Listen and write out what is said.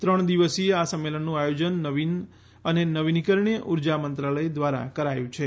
ત્રણ દિવસીય આ સંમેલનનું આયોજન નવીન અને નવીનીકરણીય ઉર્જા મંત્રાલય ધ્વારા કરાયું છે